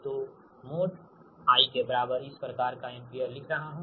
तो मोड़ I के बराबर इस प्रकार एम्पीयर लिख रहा हूँ